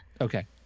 Okay